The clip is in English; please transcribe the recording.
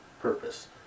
purpose